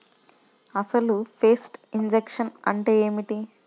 అసలు pest infection అంటే ఏమిటి?